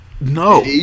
No